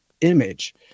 image